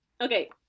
Okay